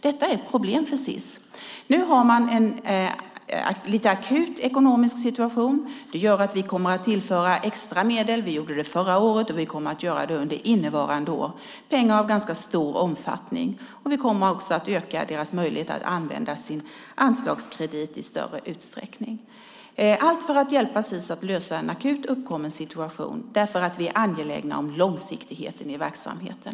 Detta är ett problem för Sis. Nu har man en akut ekonomisk situation. Det gör att vi kommer att tillföra extra medel. Vi gjorde det förra året, och vi kommer att göra det under innevarande år. Det är pengar av ganska stor omfattning. Vi kommer också att öka deras möjlighet att använda sin anslagskredit i större utsträckning. Allt är för att hjälpa Sis att lösa en akut uppkommen situation, för vi är angelägna om långsiktigheten i verksamheten.